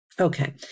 Okay